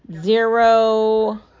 zero